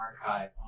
archive